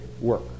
work